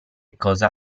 cosa